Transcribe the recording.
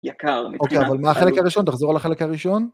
יקר. אוקיי, אבל מה החלק הראשון? תחזור על החלק הראשון.